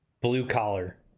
blue-collar